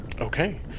okay